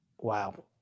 Wow